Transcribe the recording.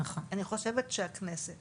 אני חושבת שהכנסת